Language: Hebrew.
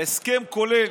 ההסכם כולל